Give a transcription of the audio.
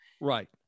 right